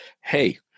hey